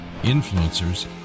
influencers